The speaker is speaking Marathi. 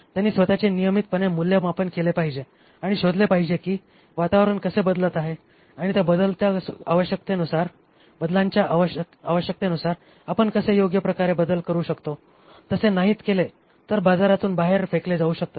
त्यांनी स्वतःचे नियमितपणे मूल्यमापन केले पाहिजे आणि शोधले पाहिजे की वातावरण कसे बदलत आहे आणि त्या बदलांच्या आवश्यकतेनुसार आपण कसे योग्य बदल करू शकतो तसे नाहीत केले तर ते बाजारातून बाहेर फेकले जाऊ शकतात